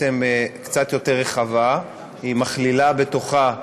פטור מחובת הנחה, וגם היא בתמיכת הממשלה.